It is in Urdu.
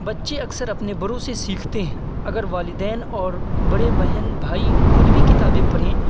بچے اکثر اپنے بڑوں سے سیختے ہیں اگر والدین اور بھائی بہن بھائی خود بھی کتابیں پڑھیں